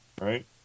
right